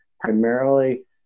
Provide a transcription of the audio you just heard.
primarily